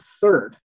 third